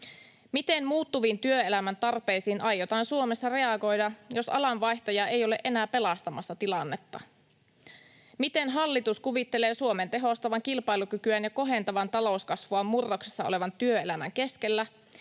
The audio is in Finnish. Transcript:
Miten muuttuviin työelämän tarpeisiin aiotaan Suomessa reagoida, jos alanvaihtajia ei ole enää pelastamassa tilannetta? Miten hallitus kuvittelee Suomen tehostavan kilpailukykyään ja kohentavan talouskasvuaan murroksessa olevan työelämän keskellä,